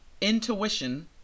intuition